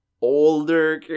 older